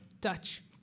Dutch